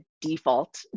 default